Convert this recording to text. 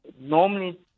normally